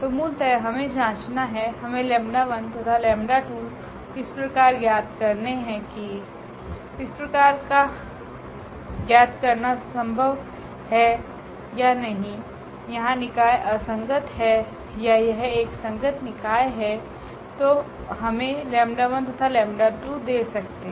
तो मूलतः हमे जाँचना है हमे 𝜆1तथा 𝜆2 इस प्रकार ज्ञात करेने है कि इस प्रकार का ज्ञात करना संभव है या नहीं यहाँ निकाय असंगत है या यह एक संगत निकाय है जो हमे 𝜆1तथा 𝜆2 दे सकते हैं